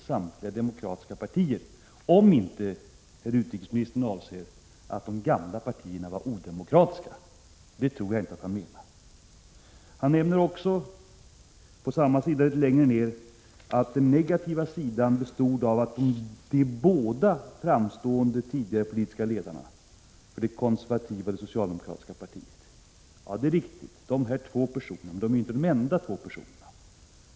Samtliga demokratiska partier deltog inte i valet, såvida utrikesministern inte menar att de gamla partierna var odemokratiska, men det tror jag inte att han menar. Utrikesministern nämner litet längre ned på samma sida i svaret att den negativa sidan bestod i att ”de båda framstående tidigare politiska ledarna för det konservativa resp. det socialdemokratiska partiet -—--”. Ja, det är riktigt men de är inte de enda personerna.